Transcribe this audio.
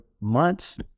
months